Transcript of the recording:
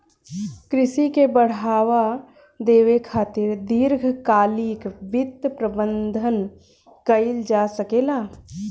कृषि के बढ़ावा देबे खातिर दीर्घकालिक वित्त प्रबंधन कइल जा सकेला